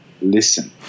listen